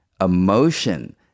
emotion